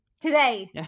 Today